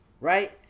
Right